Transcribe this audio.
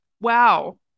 wow